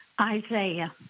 Isaiah